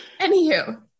anywho